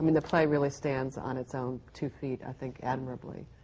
the play really stands on its own two feet, i think, admirably.